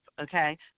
okay